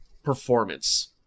Performance